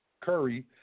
Curry